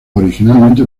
originalmente